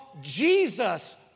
Jesus